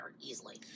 easily